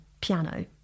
piano